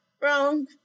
Wrong